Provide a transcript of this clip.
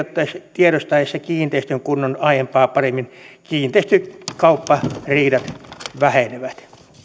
tiedostaessa kiinteistön kunnon aiempaa paremmin kiinteistökauppariidat vähenevät